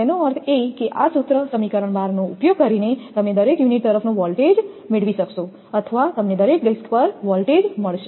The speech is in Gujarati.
તેનો અર્થ એ કે આ સૂત્ર સમીકરણ 12 નો ઉપયોગ કરીને તમને દરેક યુનિટ તરફનો વોલ્ટેજ મળશે અથવા તમને દરેક ડિસ્ક પર વોલ્ટેજ મળશે